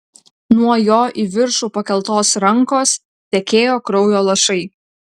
nuo jo į viršų pakeltos rankos tekėjo kraujo lašai